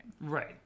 right